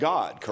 God